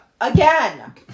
Again